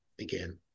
again